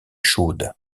chaude